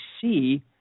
see